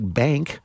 bank